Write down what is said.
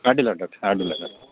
ಅಡ್ಡಿಲ್ಲ ಡಾಕ್ಟ್ರೇ ಅಡ್ಡಿಲ್ಲ ಡಾಕ್